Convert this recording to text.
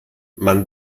man